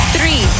Three